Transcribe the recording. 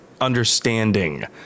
understanding